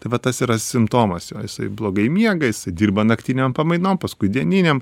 tai va tas yra simptomas jo jisai blogai miega jisai dirba naktinėm pamainom paskui dieninėm